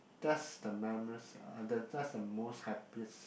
that's the memor~ that's the most happiest